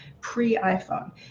pre-iPhone